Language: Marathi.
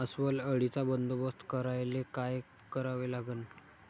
अस्वल अळीचा बंदोबस्त करायले काय करावे लागन?